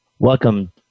Welcome